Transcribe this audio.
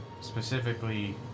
specifically